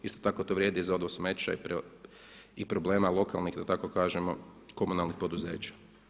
Isto tako to vrijedi i za odvoz smeća i problema lokalnih da tako kažemo komunalnih poduzeća.